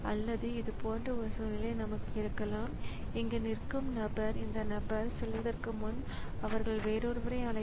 எனவே இது ஒரு முறை சும்மா இருந்தது பின்னர் அது டேட்டாவை மாற்றிக் கொண்டிருந்தது